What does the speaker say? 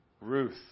Ruth